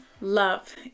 Love